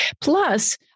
Plus